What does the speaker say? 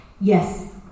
Yes